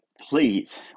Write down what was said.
Please